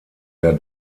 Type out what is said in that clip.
der